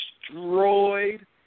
destroyed